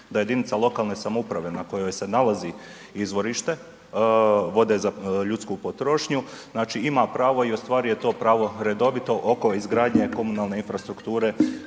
da jedinica lokalne samouprave na kojoj se nalazi izvorište vode za ljudsku potrošnju znači ima pravo i ostvaruje to prvo redovito oko izgradnje komunalne infrastrukture